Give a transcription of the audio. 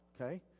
okay